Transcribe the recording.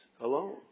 alone